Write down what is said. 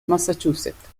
massachusetts